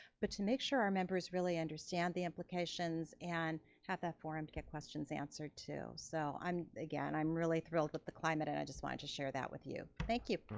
but to make sure our members really understand the implications and have that forum to get questions answered too. so again, i'm really thrilled with the climate and i just wanted to share that with you, thank you.